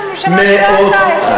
אבל עכשיו אתה חלק מממשלה שלא עושה את זה,